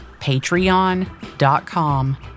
Patreon.com